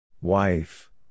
Wife